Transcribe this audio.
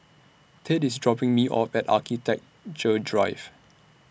Tate IS dropping Me off At Architecture Drive